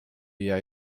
viia